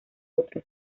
otro